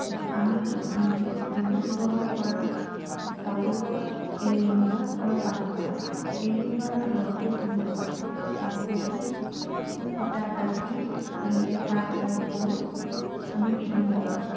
যে আমি বিহুত ব্যৱহাৰ কৰা কাপোৰ এৰি মূগা আৰু পাট মূগা এৰি মূগা আমি ঘৰতে পুহিব পাৰি তাত পুহি সূতা কাটি উলিয়াই তাঁতশালত বৈ আমি পিন্ধিব পাৰোঁ